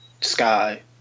sky